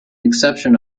exception